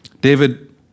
David